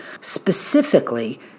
specifically